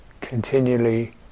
continually